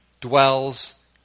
dwells